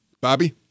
Bobby